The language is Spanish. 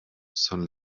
son